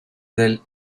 del